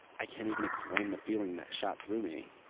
i can't even explain the feeling that shot through me.